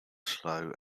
slow